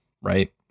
right